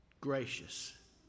gracious